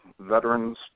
veterans